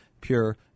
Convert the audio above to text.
pure